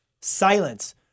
silence